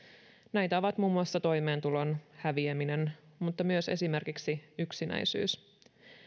näitä ovat muun muassa toimeentulon häviäminen mutta myös esimerkiksi yksinäisyys